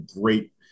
great